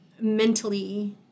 Mentally